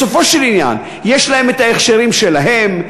בסופו של עניין יש להם את ההכשרים שלהם,